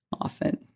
often